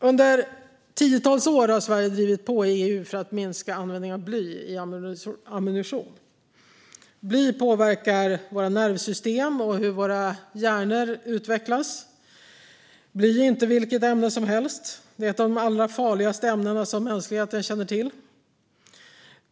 Under tiotals år har Sverige drivit på i EU för att minska användningen av bly i ammunition. Bly påverkar våra nervsystem och hur våra hjärnor utvecklas. Bly är inte vilket ämne som helst. Det är ett av de allra farligaste ämnen som mänskligheten känner till.